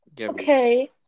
Okay